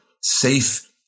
safe